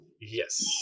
yes